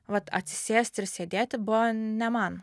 vat atsisėsti ir sėdėti buvo ne man